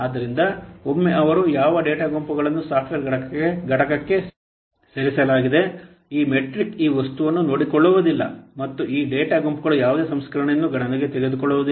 ಆದ್ದರಿಂದ ಒಮ್ಮೆ ಅವರು ಯಾವ ಡೇಟಾ ಗುಂಪುಗಳನ್ನು ಸಾಫ್ಟ್ವೇರ್ ಘಟಕಕ್ಕೆ ಸರಿಸಲಾಗಿದೆ ಈ ಮೆಟ್ರಿಕ್ ಈ ವಸ್ತುವನ್ನು ನೋಡಿಕೊಳ್ಳುವುದಿಲ್ಲ ಮತ್ತು ಈ ಡೇಟಾ ಗುಂಪುಗಳ ಯಾವುದೇ ಸಂಸ್ಕರಣೆಯನ್ನು ಗಣನೆಗೆ ತೆಗೆದುಕೊಳ್ಳುವುದಿಲ್ಲ